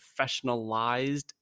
professionalized